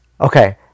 okay